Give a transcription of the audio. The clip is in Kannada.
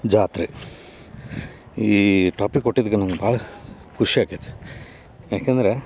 ಜಾತ್ರೆ ಈ ಟಾಪಿಕ್ ಕೊಟ್ಟಿದ್ದಕ್ಕೆ ನಂಗೆ ಭಾಳ ಖುಷಿ ಆಕೈತೆ ಯಾಕಂದ್ರೆ